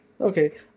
Okay